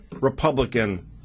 Republican